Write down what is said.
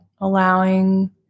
Allowing